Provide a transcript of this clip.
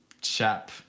chap